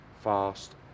fast